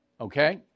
Okay